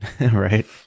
Right